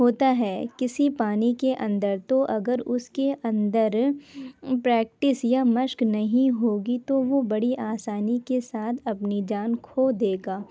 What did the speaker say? ہوتا ہے کسی پانی کے اندر تو اگر اس کے اندر پریکٹس یا مشق نہیں ہوگی تو وہ بڑی آسانی کے ساتھ اپنی جان کھو دے گا